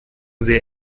sehr